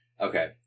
Okay